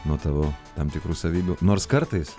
nuo tavo tam tikrų savybių nors kartais